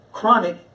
Chronic